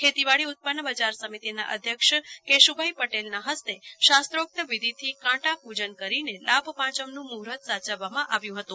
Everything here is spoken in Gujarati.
ખેતીવાડી ઉત્પન્ન બજાર સમિતિના અધ્યક્ષ કેશ્વભાઈ પટેલના હસ્તે શાસ્ત્રોક્ત વિધિથી કાંટા પૂજન કરીને લાભપાંચમનું મુહૂર્ત સાચવવામાં આવ્યું હતું